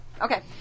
okay